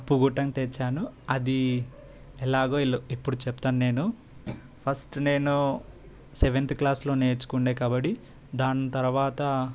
cup గుట్టని తెచ్చాను అది ఎలాగో ఇప్పుడు చెప్తాను నేను ఫస్ట్ నేను సెవెంత్ క్లాస్లో నేర్చుకునే కబడ్డీ దాని తర్వాత